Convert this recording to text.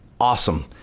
awesome